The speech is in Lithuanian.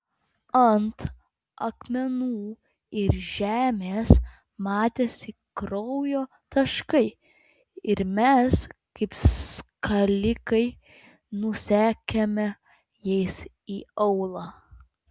ant akmenų ir žemės matėsi kraujo taškai ir mes kaip skalikai nusekėme jais į aūlą